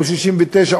או ל-69,